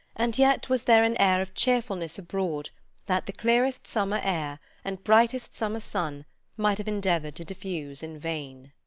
and yet was there an air of cheerfulness abroad that the clearest summer air and brightest summer sun might have endeavoured to diffuse in vain.